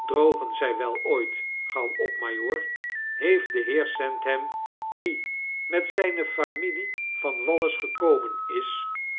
drogen zy wel ooit gauw op majoor heeft de heer sandham die met zyne familie van wallis gekomen is